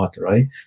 right